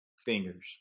fingers